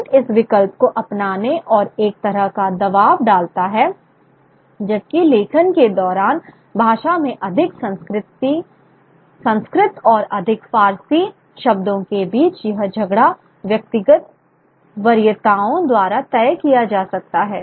print इस विकल्प को अपनाने का एक तरह का दबाव डालता है जबकि लेखन के दौरान भाषा में अधिक संस्कृत या अधिक फारसी शब्दों के बीच यह झगड़ा व्यक्तिगत वरीयताओं द्वारा तय किया जा सकता है